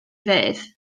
fedd